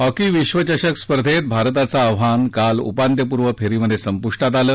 hockey विश्वचषक स्पर्धेत भारताचं आव्हान काल उपांत्यपूर्व फेरीत संपुष्टात आलं